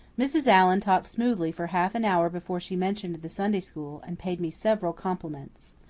mrs. allan talked smoothly for half an hour before she mentioned the sunday school, and paid me several compliments.